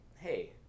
hey